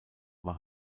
war